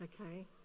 Okay